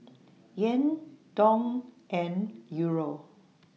Yen Dong and Euro